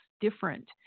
different